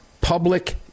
public